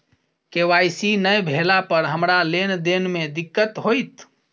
KYC नै भेला पर हमरा लेन देन मे दिक्कत होइत?